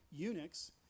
Unix